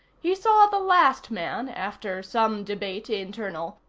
he saw the last man, after some debate internal,